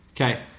Okay